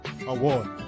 award